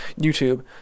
YouTube